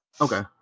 Okay